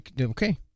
Okay